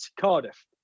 cardiff